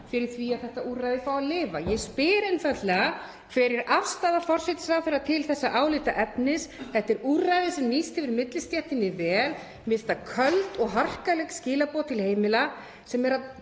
fyrir því að þetta úrræði fái að lifa. Ég spyr einfaldlega: Hver er afstaða forsætisráðherra til þessa álitaefnis? Þetta er úrræði sem nýst hefur millistéttinni vel. Mér finnast það köld og harkaleg skilaboð til heimila sem eru að